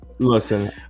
Listen